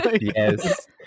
Yes